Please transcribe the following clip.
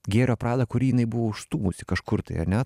gėrio pradą kurį jinai buvo užstūmusi kažkur tai ar ne